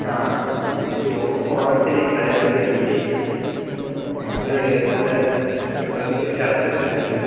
ആ എനിക്ക് ഒ ഓണത്തിന് പരിപാടിക്ക് വേണ്ടിയിട്ടേ ഒരു നല്ല ഡ്രസ്സ് ഒരു ഷർട്ട് എടുക്കാനായിരുന്നു